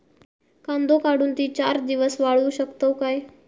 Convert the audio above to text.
कांदो काढुन ती चार दिवस वाळऊ शकतव काय?